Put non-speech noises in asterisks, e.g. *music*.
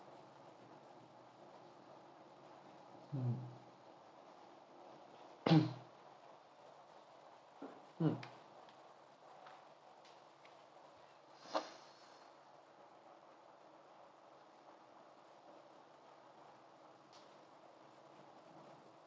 mm *coughs* *noise* *breath*